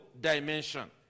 dimension